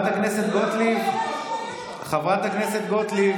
היא עברה, בליכוד.